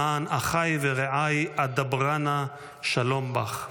למען אַחַי וְרֵעָי אדברה נא שלום בָּךְ".